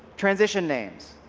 transition names.